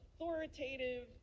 authoritative